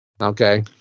Okay